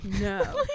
no